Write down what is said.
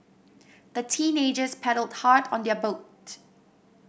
the teenagers paddled hard on their boat